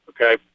okay